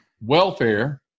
welfare